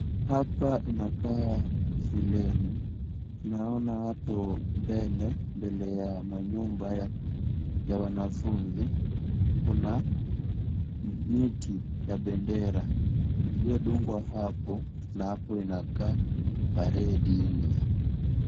Hapa inakaa shuleni. Naona hapo mbele, mbele ya manyumba ya wanafunzi kuna miti ya bendera iliyodungwa hapo na hapo inakaa paredini .